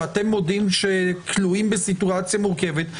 שאתם מודים שתלויים בסיטואציה מאוד מורכבת,